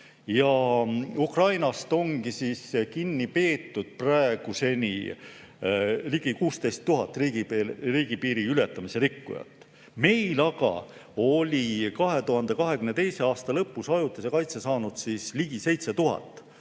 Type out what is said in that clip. Ja Ukrainas ongi kinni peetud praeguseni ligi 16 000 riigipiiri ületamisega [seaduse] rikkujat. Meil aga oli 2022. aasta lõpus ajutise kaitse saanud ligi 7000